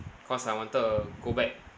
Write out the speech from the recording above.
cause I wanted to go back